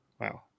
Wow